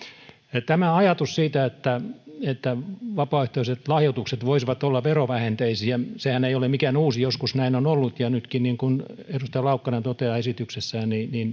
tämä ajatushan siitä että että vapaaehtoiset lahjoitukset voisivat olla verovähenteisiä ei ole mikään uusi joskus näin on ollut nytkin niin kuin edustaja laukkanen toteaa esityksessään